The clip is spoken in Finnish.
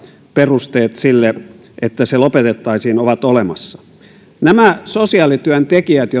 perusteet sille että heidän oleskelunsa suomessa lopetettaisiin ovat olemassa nämä sosiaalityöntekijät